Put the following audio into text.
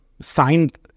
signed